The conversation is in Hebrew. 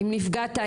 אם נפגעת,